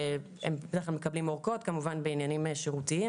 ובדרך כלל הם מקבלים אורכות בעניינים שירותיים